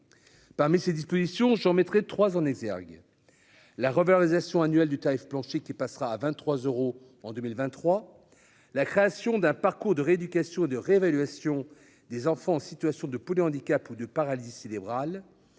parmi ces dispositions, j'en remettrai trois en exergue la revalorisation annuelle du tarif plancher qui passera à 23 euros en 2023 la création d'un parcours de rééducation de réévaluation des enfants en situation de poulet handicap ou de paralysie sidéral